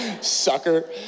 sucker